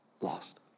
lost